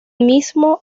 mismo